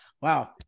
wow